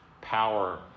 power